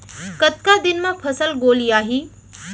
कतका दिन म फसल गोलियाही?